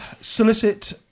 solicit